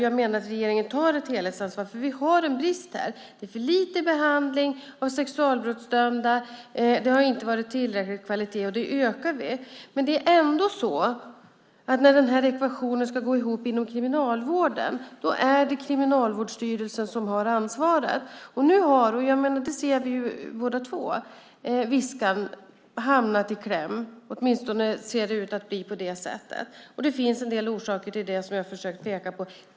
Jag menar att regeringen tar ett helhetsansvar, för vi har en brist här. Det sker för lite behandling av sexualbrottsdömda. Det har inte varit en tillräcklig kvalitet, och vi ökar på detta. Men det är ändå så att när den här ekvationen ska gå ihop inom Kriminalvården är det Kriminalvårdsstyrelsen som har ansvaret. Nu har Viskan - det ser vi båda två - hamnat i kläm. Åtminstone ser det ut att bli på det sättet. Och det finns en del orsaker till det som jag har försökt peka på.